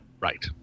Right